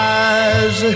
eyes